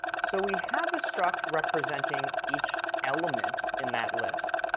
so we have a struct representing each element in that list,